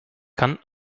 kann